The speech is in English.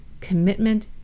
commitment